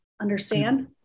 understand